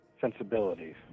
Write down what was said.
sensibilities